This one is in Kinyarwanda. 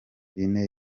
ine